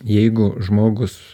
jeigu žmogus